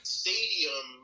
stadium